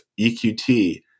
EQT